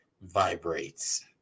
vibrates